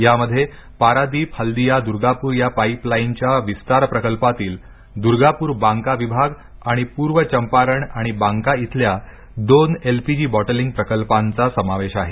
यामध्ये पारादीप हल्दिया दुर्गापूर या पाईपलाईनच्या विस्तार प्रकल्पातील दुर्गापूर बांका विभाग आणि पूर्व चंपारण आणि बांका इथल्या दोन एल पी जी बॉटलींग प्रकल्पांचा समावेश आहे